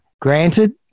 granted